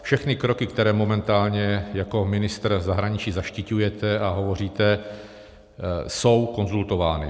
Všechny kroky, které momentálně jako ministr zahraničí zaštiťujete a hovoříte, jsou konzultovány.